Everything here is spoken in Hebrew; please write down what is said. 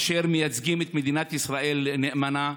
אשר מייצגים את מדינת ישראל נאמנה,